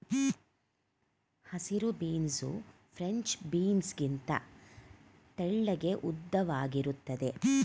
ಹಸಿರು beans French beans ಗಿಂತ ತೆಳ್ಳಗೆ ಉದ್ದವಾಗಿರುತ್ತದೆ